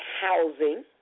housing